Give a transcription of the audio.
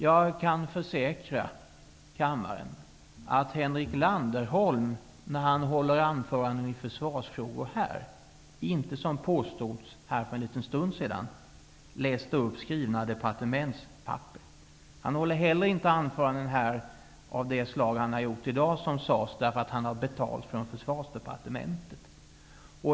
Jag kan försäkra kammaren att Henrik Landerholm när han här håller anföranden i försvarsfrågor inte, som påstods för en liten stund sedan, läser upp skrivna departementspapper. Han håller heller inte anföranden av det slag som han har gjort i dag därför att han har betalt av Försvarsdepartementet.